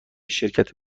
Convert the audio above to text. شرکت